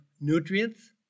nutrients